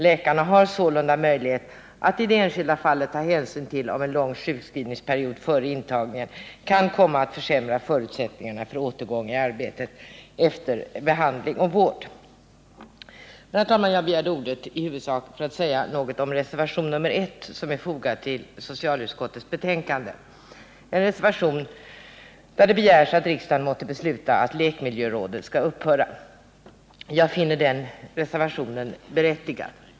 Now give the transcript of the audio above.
Läkarna har sålunda möjlighet att i det enskilda fallet ta hänsyn till om en lång sjukskrivningsperiod före intagningen kan komma att försämra förutsättningarna för återgång i arbetet efter behandling Herr talman! Jag begärde ordet i huvudsak för att säga något om reservationen nr 1 som är fogad till socialutskottets betänkande, en reservation där det begärs att riksdagen skall besluta att lekmiljörådet skall upphöra. Jag finner den reservationen berättigad.